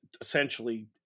essentially